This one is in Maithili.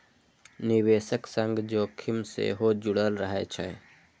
निवेशक संग जोखिम सेहो जुड़ल रहै छै